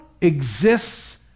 exists